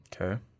Okay